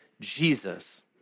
Jesus